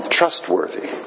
trustworthy